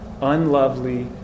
unlovely